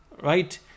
right